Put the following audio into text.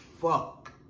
fuck